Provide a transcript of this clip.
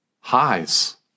highs